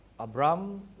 Abraham